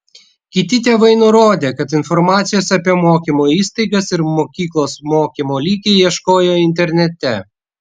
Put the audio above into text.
kiti tėvai nurodė kad informacijos apie mokymo įstaigas ir mokyklos mokymo lygį ieškojo internete